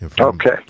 Okay